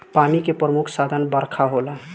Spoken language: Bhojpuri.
पानी के प्रमुख साधन बरखा होला